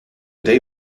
day